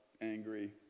angry